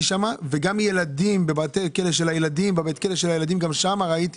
שם וגם בבתי הכלא של הילדים גם שמעתי